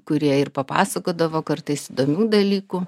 kurie ir papasakodavo kartais įdomių dalykų